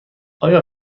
آیا